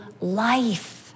life